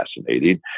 fascinating